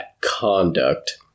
conduct